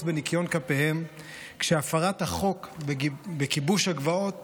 בניקיון כפיהם כשהפרת החוק בכיבוש הגבעות